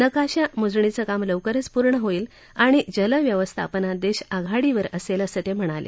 नकाशा मोजणीचं काम लवकरच पूर्ण होईल आणि जलव्यवस्थापनात देश आघाडीवर असेल असं ते म्हणाले